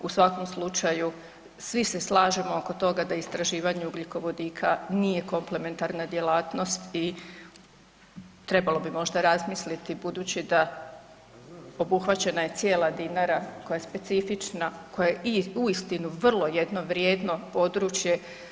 U svakom slučaju svi se slažemo oko toga da istraživanje ugljikovodika nije komplementarna djelatnost i trebalo bi možda razmisliti budući da obuhvaćena je cijela Dinara koja je specifična, koja je i uistinu vrlo jedno vrijedno područje.